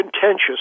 contentious